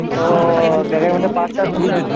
ও ব্যাগের মধ্যে পার্স টার্স ছিল